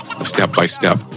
step-by-step